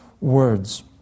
words